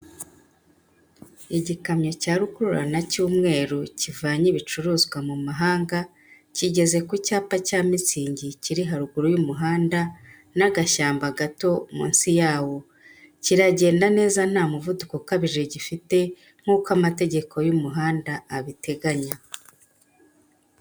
Igikamyo cya rukururana cy'umweru kivanye ibicuruzwa mu mahanga, kigeze ku cyapa cya mitsingi kiri haruguru y'umuhanda n'agashyamba gato munsi yawo. Kiragenda neza nta muvuduko ukabije gifite nk'uko amategeko y'umuhanda abiteganya.